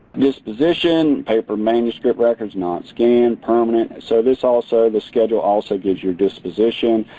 disposition, paper manuscript records not scanned, permanent, so this also, the schedule also gives your disposition,